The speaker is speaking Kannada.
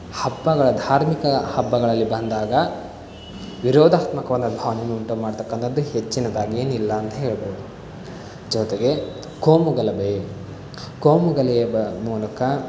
ಹಬ್ಬಗಳ ಧಾರ್ಮಿಕ ಹಬ್ಬಗಳಲ್ಲಿ ಬಂದಾಗ ವಿರೋಧಾತ್ಮಕವಾದ ಭಾವನೆಯನ್ನುಂಟು ಮಾಡ್ತಕ್ಕಂಥದ್ದು ಹೆಚ್ಚಿನದ್ದಾಗಿ ಏನಿಲ್ಲ ಅಂತ ಹೇಳ್ಬೋದು ಜೊತೆಗೆ ಕೋಮುಗಲಭೆ ಕೋಮುಗಲಭೆ ಮೂಲಕ